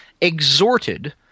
exhorted